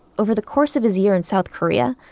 over the course of his year in south korea,